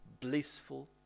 blissful